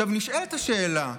עכשיו, נשאלת השאלה: